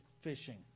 fishing